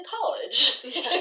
college